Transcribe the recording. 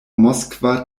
moskva